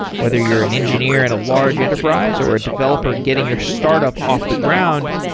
whether you're an engineer at a large enterprise, or a developer getting your startup off the ground,